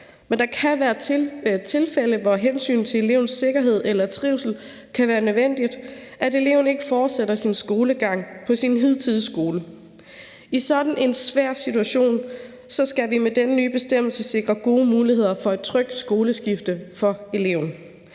men der kan være tilfælde, hvor det af hensyn til elevens sikkerhed eller trivsel kan være nødvendigt, at eleven ikke fortsætter sin skolegang på sin hidtidige skole. I sådan en svær situation skal vi med denne nye bestemmelse sikre gode muligheder for et trygt skoleskift for eleven.